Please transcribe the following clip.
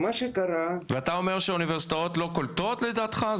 ואתה אומר שהאוניברסיטאות לא קולטות לדעתך?